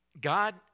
God